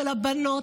של הבנות,